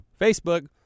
Facebook